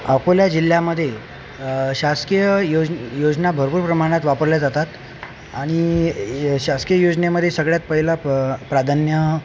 अकोला जिल्ह्यामधे शासकीय योज योजना भरपूर प्रमाणात वापरल्या जातात आणि शासकीय योजनेमध्ये सगळ्यात पहिलं प प्राधान्य